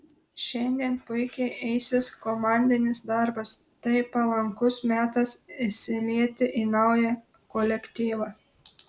šiandien puikiai eisis komandinis darbas tai palankus metas įsilieti į naują kolektyvą